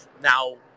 Now